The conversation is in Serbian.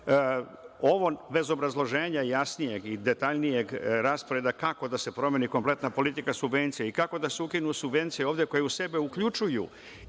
ovo bez obrazloženja jasnijeg i detaljnijeg rasporeda kako da se promeni kompletna politika subvencija i kako da se ukinu subvencije ovde koje u sebe uključuju